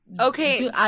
Okay